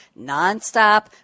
nonstop